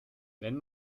wenn